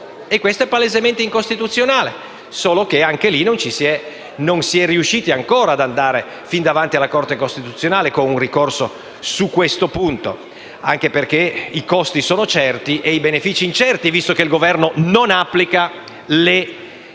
e questo è palesemente incostituzionale. Solo che anche in questo caso non si è riusciti ancora ad andare davanti alla Corte costituzionale con un ricorso in proposito, anche perché i costi sono certi ma i benefici incerti, visto che il Governo non applica le sentenze